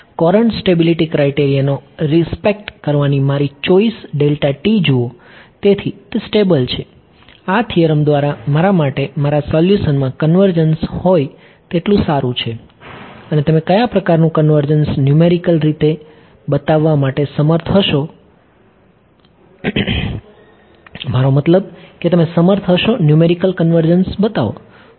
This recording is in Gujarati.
કોરન્ટ સ્ટેબિલિટી ક્રાઇટેરિયાનો રિસ્પેક્ટ કરવાની મારી ચોઈસ જુઓ તેથી તે સ્ટેબલ છે આ થીયરમ દ્વારા મારા માટે મારા સોલ્યુશનમાં કન્વર્જન્સ હોય તેટલું સારું છે અને તમે કયા પ્રકારનું કન્વર્જન્સ ન્યૂમેરિકલ રીતે બતાવવા માટે સમર્થ હશો મારો મતલબ કે તમે સમર્થ હશો ન્યૂમેરિકલ કન્વર્જન્સ બતાવો